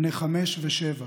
בני חמש ושבע,